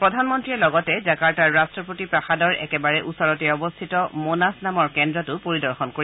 প্ৰধানমন্ত্ৰীয়ে লগতে জাকাৰ্টাৰ ৰট্টপতি প্ৰাসাদৰ একেবাৰে ওচৰতে অৱস্থিত মনাচ নামৰ কেন্দ্ৰটো পৰিদৰ্শন কৰিব